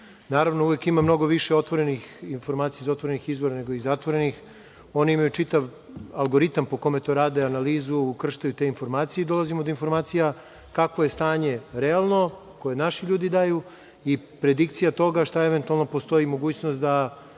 Naravno, uvek ima mnogo više informacija iz otvorenih izvora, nego iz zatvorenih. Oni imaju čitav algoritam po kome to rade, analizu, ukrštaju te informacije i dolazimo do informacija kakvo je realno stanje, koje naši ljudi daju, i predikcija toga šta eventualno postoji mogućnost da